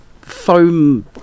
foam